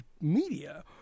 media